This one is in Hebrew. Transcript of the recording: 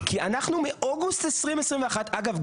כי אנחנו מאוגוסט 2021 אגב,